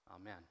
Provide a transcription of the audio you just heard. amen